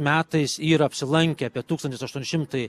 metais yra apsilankė apie tūkstantis aštuoni šimtai